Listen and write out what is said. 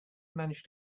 manage